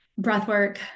breathwork